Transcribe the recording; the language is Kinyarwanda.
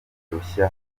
rushya